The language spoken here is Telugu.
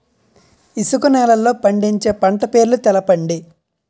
ఇసుక నేలల్లో పండించే పంట పేర్లు తెలపండి?